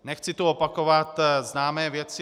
Nechci tu opakovat známé věci.